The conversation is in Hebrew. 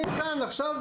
אני כאן עכשיו,